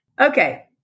Okay